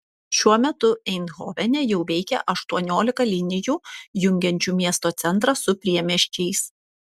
šiuo metu eindhovene jau veikia aštuoniolika linijų jungiančių miesto centrą su priemiesčiais